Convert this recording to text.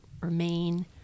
remain